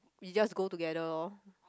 we just go together lor